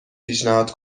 پیشنهاد